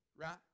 Right